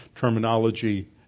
terminology